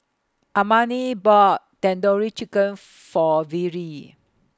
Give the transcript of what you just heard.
Armani bought Tandoori Chicken For Vere